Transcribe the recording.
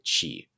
Chi